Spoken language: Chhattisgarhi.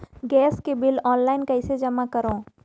गैस के बिल ऑनलाइन कइसे जमा करव?